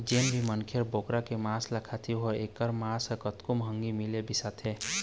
जेन भी मनखे ह बोकरा के मांस ल खाथे ओला एखर मांस ह कतको महंगी मिलय बिसाथे